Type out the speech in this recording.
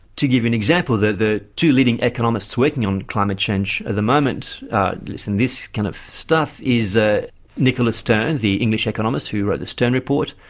to give an example, the the two leading economists working on climate change at the moment in this kind of stuff is ah nicholas stern, the english economist who wrote the stern report,